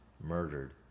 murdered